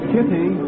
Kitty